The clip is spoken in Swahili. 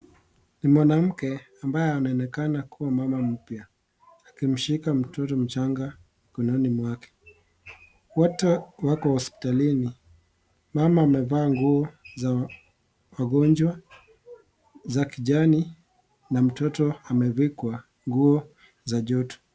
Ni mwanamke, ambaye anaonekana kuwa mama mpya, akimshika mtoto mchanga mikononi mwake. Wote wako hospitalini. Mama amevaa nguo za wagonjwa za kijani na mtoto amevikwa nguo za joto.